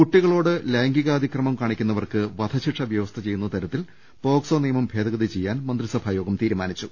കുട്ടികളോട് ലൈംഗികാതിക്രമം കാണിക്കുന്നവർക്ക് വധശിക്ഷ വൃവസ്ഥ ചെയ്യുന്നതരത്തിൽ പോക്സോ നിയമം ഭേദഗതി ചെയ്യാൻ മന്ത്രിസഭാ യോഗം തീരുമാനിച്ചു